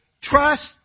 Trust